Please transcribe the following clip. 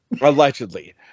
Allegedly